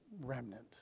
remnant